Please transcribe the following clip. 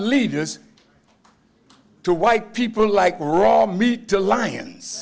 leaders to white people like raw meat to lions